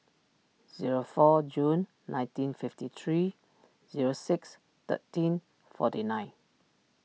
zero four June nineteen fifty three zero six thirteen forty nine